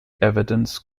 evidence